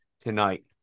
tonight